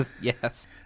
Yes